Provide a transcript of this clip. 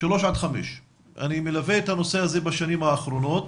3 עד 5. אני מלווה את הנושא הזה בשנים האחרונות